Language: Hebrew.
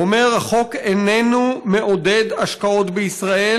הוא אומר: החוק איננו מעודד השקעות בישראל,